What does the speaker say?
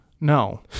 No